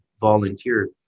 volunteer